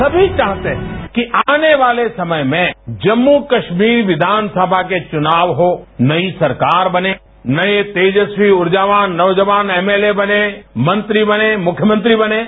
सभी चाहते हैं कि आने वाले समय में जम्मू कश्मीर विधानसभा के चुनाव हो नई सरकार बने नये तेजस्वी उर्जावान नौजवान एम एलए बनें मंत्री बनें मुख्यमंत्री बनें